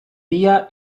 día